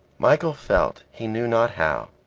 michael felt he knew not how.